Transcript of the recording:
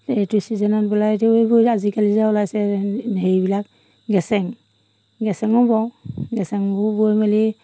এইটো চিজনত বোলে এইটো এইবোৰ আজিকালি যে ওলাইছে হেৰিবিলাক গেছেং গেছেঙো বওঁ গেছেংবোৰ বৈ মেলি